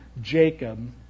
Jacob